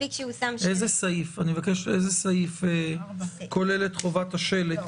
מספיק שהוא שם שלט --- איזה סעיף כולל את חובת השלט?